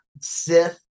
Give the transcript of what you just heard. Sith